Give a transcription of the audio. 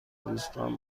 دوستان